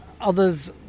Others